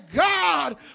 God